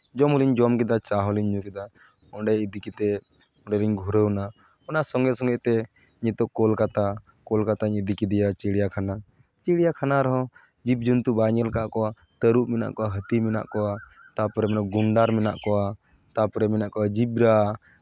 ᱡᱚᱢ ᱦᱚᱸᱞᱤᱧ ᱡᱚᱢ ᱠᱮᱫᱟ ᱪᱟ ᱦᱚᱸᱞᱤᱧ ᱧᱩ ᱠᱮᱫᱟ ᱚᱸᱰᱮ ᱤᱫᱤ ᱠᱟᱛᱮᱜ ᱚᱸᱰᱮᱞᱤᱧ ᱜᱷᱩᱨᱟᱹᱣᱱᱟ ᱚᱱᱟ ᱥᱚᱸᱜᱮ ᱥᱚᱸᱜᱮ ᱛᱮ ᱱᱤᱛᱚᱜ ᱠᱳᱞᱠᱟᱛᱟ ᱠᱳᱞᱠᱟᱛᱟᱧ ᱤᱫᱤ ᱠᱮᱫᱮᱭᱟ ᱪᱤᱲᱤᱭᱟᱠᱷᱟᱱᱟ ᱪᱤᱲᱤᱭᱟᱠᱷᱟᱱᱟ ᱨᱮᱦᱚᱸ ᱡᱤᱵᱽᱼᱡᱚᱱᱛᱩ ᱵᱟᱭ ᱧᱮᱞᱟᱠᱟᱫ ᱠᱚᱣᱟ ᱛᱟᱹᱨᱩᱵ ᱢᱮᱱᱟᱜ ᱠᱚᱣᱟ ᱦᱟᱹᱛᱤ ᱢᱮᱱᱟᱜ ᱠᱚᱣᱟ ᱛᱟᱨᱯᱚᱨᱮ ᱚᱱᱮ ᱜᱚᱱᱰᱟᱨ ᱢᱮᱱᱟᱜ ᱠᱚᱣᱟ ᱛᱟᱨᱯᱚᱨᱮ ᱢᱮᱱᱟ ᱠᱚᱣᱟ ᱡᱤᱵᱽᱨᱟ